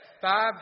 five